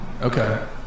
Okay